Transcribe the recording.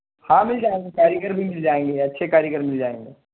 ہاں مل جائیں گے کاریگر بھی مل جائیں گے اچھے کاریگر مل جائیں گے